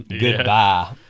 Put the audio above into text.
Goodbye